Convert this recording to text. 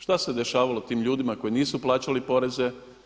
Što se dešavalo tim ljudima koji nisu plaćali poreze?